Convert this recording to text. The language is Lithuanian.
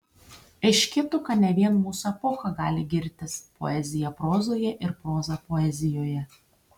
aiškėtų kad ne vien mūsų epocha gali girtis poezija prozoje ir proza poezijoje